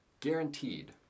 guaranteed